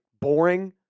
boring